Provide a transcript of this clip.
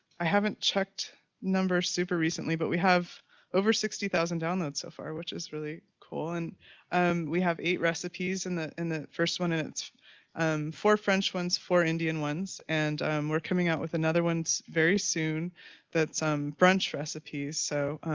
i haven't checked numbers super recently, but we have over sixty thousand downloads so far which is really cool. and um we have eight recipes and the and the first one it's um four french ones, four indian ones, and we're coming out with another ones very soon that's a um brunch recipe. so,